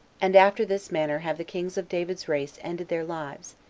and after this manner have the kings of david's race ended their lives,